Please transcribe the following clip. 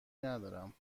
ندارم